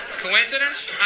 Coincidence